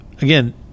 again